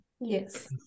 Yes